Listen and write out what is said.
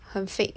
很 fake